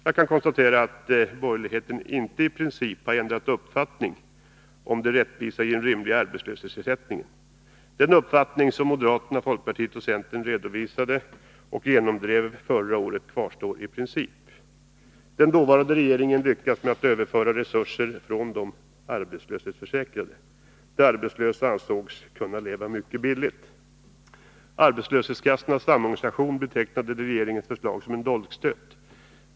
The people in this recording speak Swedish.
Jag konstaterar att de borgerliga i princip inte har ändrat uppfattning om rättvisan i fråga om en rimlig arbetslöshetsförsäkring. Den uppfattning som moderaterna, folkpartiet och centern förra året redovisade — man lyckades även förverkliga sina förslag — kvarstår i princip. Den dåvarande regeringen lyckades överföra resurser från de arbetslöshetsförsäkrade. De arbetslösa ansågs kunna leva mycket billigt. Arbetslöshetskassornas samorganisation betecknade regeringens förslag som en dolkstöt.